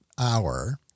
hour